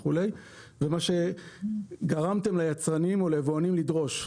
וכולי, ומה שגרמתם ליצרנים או ליבואנים לדרוש.